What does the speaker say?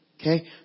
Okay